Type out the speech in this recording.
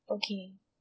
okay